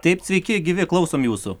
taip sveiki gyvi klausom jūsų